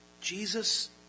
Jesus